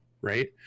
right